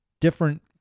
Different